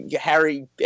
harry